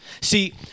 See